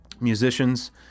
musicians